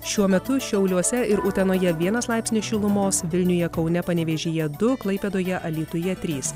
šiuo metu šiauliuose ir utenojevienas laipsnis šilumos vilniuje kaune panevėžyje du klaipėdoje alytuje trys